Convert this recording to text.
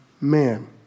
man